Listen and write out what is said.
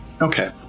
Okay